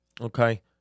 Okay